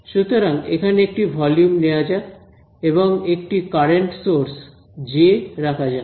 সুতরাং এখানে একটি ভলিউম নেয়া যাক এবং একটি কারেন্ট সোর্স জে রাখা যাক